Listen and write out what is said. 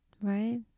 right